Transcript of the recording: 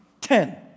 ten